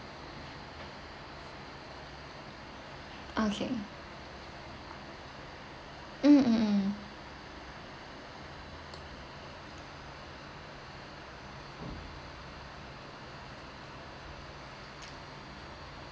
okay mm mm mm